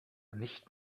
nicht